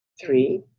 three